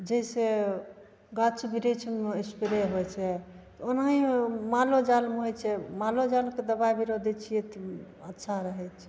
जइसे गाछ बिरिछमे एस्प्रे होइ छै ओनाहिए मालो जालमे होइ छै मालो जालके दवाइ बिरो दै छिए तऽ अच्छा रहै छै